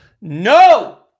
No